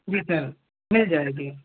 जी sir मिल जाएगी